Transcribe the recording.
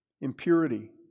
Impurity